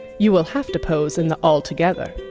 you will have to pose in the altogether.